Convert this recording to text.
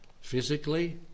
physically